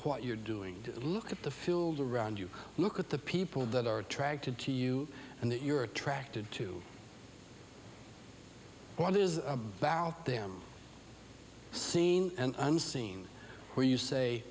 what you're doing look at the field around you look at the people that are attracted to you and that you're attracted to what is a bow them seen and unseen where you say